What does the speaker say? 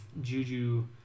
Juju